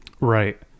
Right